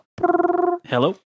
hello